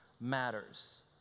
matters